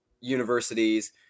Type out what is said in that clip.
universities